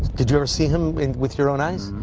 did you ever see him and with your own eyes?